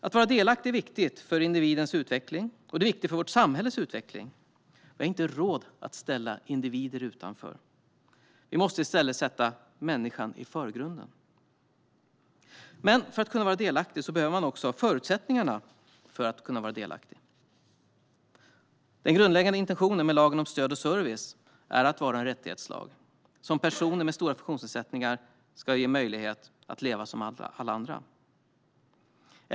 Att vara delaktig är viktigt för individens utveckling, och det är viktigt för vårt samhälles utveckling. Vi har inte råd att ställa individer utanför. Vi måste i stället sätta människan i förgrunden. Men för att kunna vara delaktig behöver man också ha förutsättningarna för det. Den grundläggande intentionen med lagen om stöd och service är att den ska vara en rättighetslag som ger personer med stora funktionsnedsättningar möjlighet att leva som alla andra.